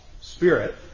spirit